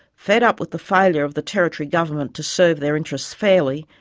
fed up with the failure of the territory government to serve their interests fairly,